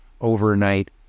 overnight